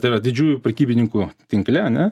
tai yra didžiųjų prekybininkų tinkle ane